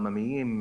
עממיים.